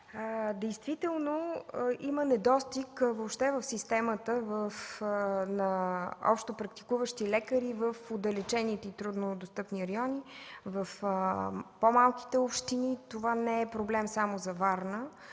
Действително има недостиг въобще в системата на общопрактикуващи лекари в отдалечените и труднодостъпни райони, в по-малките общини. Това не е проблем само за Варна,